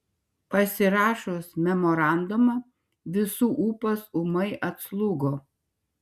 pasirašius memorandumą visų ūpas ūmai atslūgo